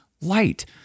light